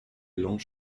longs